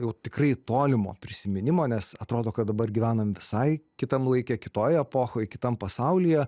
jau tikrai tolimo prisiminimo nes atrodo kad dabar gyvenam visai kitam laike kitoj epochoj kitam pasaulyje